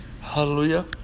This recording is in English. Hallelujah